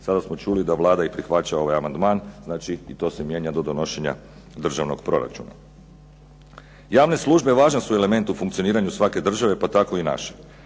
Sada smo čuli da Vlada i prihvaća ovaj amandman, znači ti to se mijenja do donošenja državnog proračuna. Javne službe važan su element u funkcioniranju svake države, pa tako i naše.